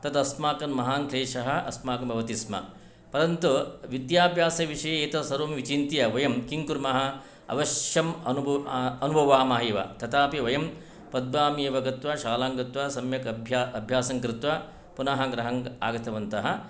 तदस्माकं महाङ्क्लेशः अस्माकं भवति स्म परन्तु विद्याभ्यासविषये एतत् सर्वं विचिन्त्य वयं किङ्कुर्मः अवश्यम् अनुभवामः एव तथापि वयं पद्भ्यामेव गत्वा शालाङ्गत्वा सम्यक् अभ्यासङ्कृत्वा पुनः गृहम् आगतवन्तः